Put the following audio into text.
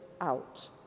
out